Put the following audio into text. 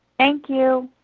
thank you.